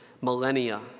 millennia